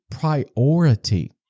priority